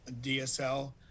dsl